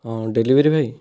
ହଁ ଡେଲିଭରୀ ଭାଇ